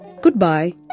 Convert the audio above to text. goodbye